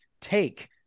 take